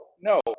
no